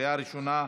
בקריאה ראשונה.